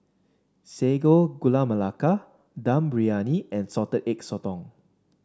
Sago Gula Melaka Dum Briyani and Salted Egg Sotong